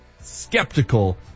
skeptical